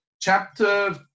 chapter